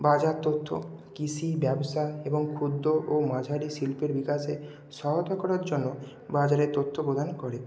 বাজার তথ্য কৃষি ব্যবসা এবং ক্ষুদ্র ও মাঝারি শিল্পের বিকাশে সহয়তা করার জন্য বাজারে তথ্য প্রদান করে